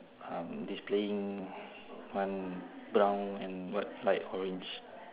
um displaying one brown and what light orange